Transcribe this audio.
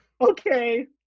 Okay